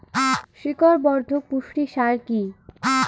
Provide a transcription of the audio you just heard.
শিকড় বর্ধক পুষ্টি সার কি?